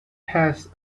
has